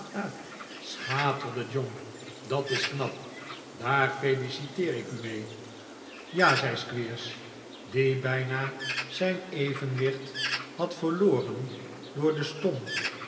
schaterde john dat is knap daar feliciteer ik u mee ja zei squeers die bijna zijn evenjohn browdie is zonderling opgewonden wicht had verloren door den stomp